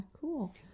Cool